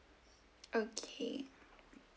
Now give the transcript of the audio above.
okay